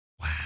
wow